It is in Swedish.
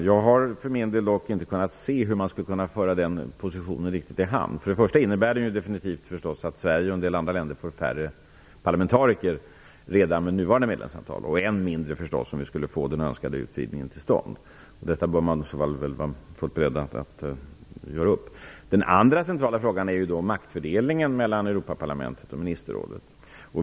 Jag har för min del dock inte kunnat se hur man skulle kunna föra den positionen riktigt i hamn. Först och främst innebär den definitivt att Sverige och en del andra länder får färre parlamentariker redan med nuvarande medlemsantal och än färre förstås om vi skulle få den önskade utvidgningen till stånd. Detta bör man i så fall göra upp. Den andra centrala frågan är maktfördelningen mellan Europaparlamentet och ministerrådet.